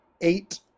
eight